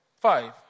Five